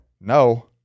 no